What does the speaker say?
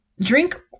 drink